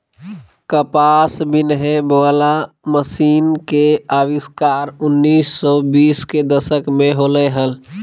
कपास बिनहे वला मशीन के आविष्कार उन्नीस सौ बीस के दशक में होलय हल